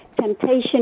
temptation